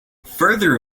further